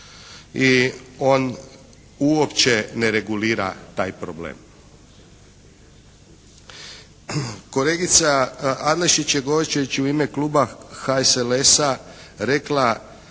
I on uopće ne regulira taj problem. Kolegica Adlešić je govoreći u ime kluba HSLS-a rekla